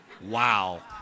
Wow